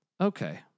okay